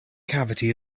cavity